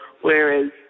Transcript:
whereas